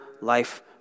life